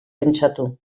pentsatu